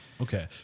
Okay